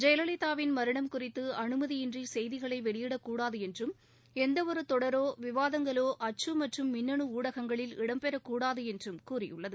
ஜெயலலிதாவின் மரணம் குறித்து அஅுமதியின்றி செய்திகளை வெளியிடக்கூடாது என்றும் எந்தவொரு தொடரோ விவாதங்களோ அச்சு மற்றும் மின்னனு ஊடகங்களில் இடம்பெறக்கூடாது என்றும் கூறியுள்ளது